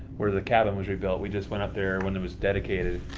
where the cabin was rebuilt, we just went up there when it was dedicated,